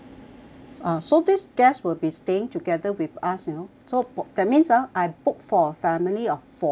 ah so this guest will be staying together with us you know so that means ah I book for family of four